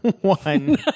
One